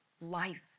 life